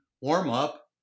warm-up